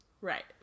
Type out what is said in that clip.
right